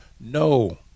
No